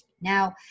Now